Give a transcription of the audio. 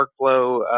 workflow